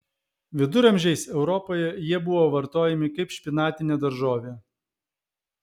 viduramžiais europoje jie buvo vartojami kaip špinatinė daržovė